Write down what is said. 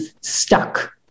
stuck